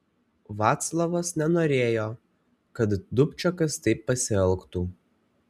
vaclavas nenorėjo kad dubčekas taip pasielgtų